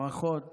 ברכות